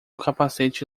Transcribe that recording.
capacete